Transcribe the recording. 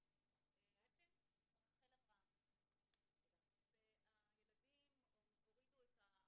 וחירום במשרד החינוך.